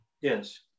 Yes